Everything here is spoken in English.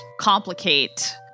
complicate